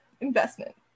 investment